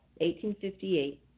1858